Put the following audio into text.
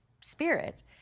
spirit